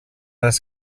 les